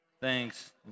Thanks